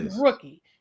rookie